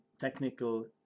technical